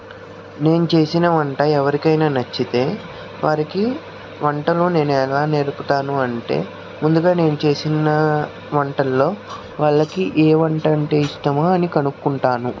నేను చేసిన వంట ఎవరికైనా నచ్చితే వారికి వంటలో నేను ఎలా నేర్పుతాను అంటే ముందుగా నేను చేసిన వంటలలో వాళ్ళకి ఏ వంట అంటే ఇష్టమో అని కనుకుంటాను